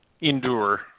endure